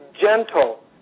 gentle